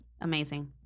Amazing